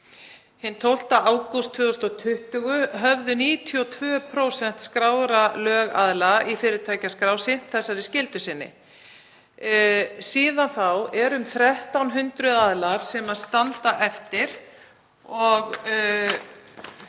Hinn 12. ágúst 2020 höfðu 92% skráðra lögaðila í fyrirtækjaskrá sinnt þessari skyldu sinni. Síðan þá eru um 1.300 aðilar sem standa eftir og